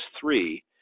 three